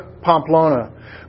Pamplona